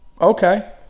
Okay